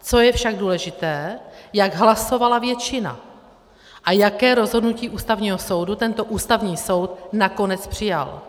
Co je však důležité, jak hlasovala většina a jaké rozhodnutí Ústavního soudu tento Ústavní soud nakonec přijal.